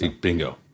Bingo